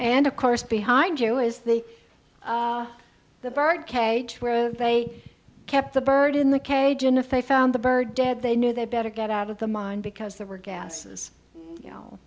and of course behind you is the the bird cage where they kept the bird in the cage and if they found the bird dead they knew they'd better get out of the mine because there were gases you know